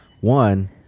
One